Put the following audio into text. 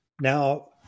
Now